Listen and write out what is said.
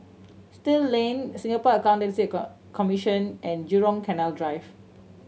Still Lane Singapore Accountancy Commission and Jurong Canal Drive